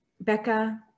Becca